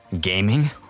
Gaming